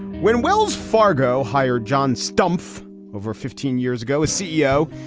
when wells fargo hired john stumpf over fifteen years ago as ceo,